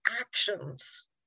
actions